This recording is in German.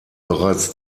bereits